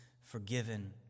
forgiven